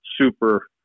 super